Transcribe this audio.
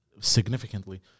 Significantly